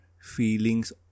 feelings